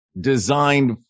designed